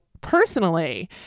personally